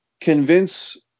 convince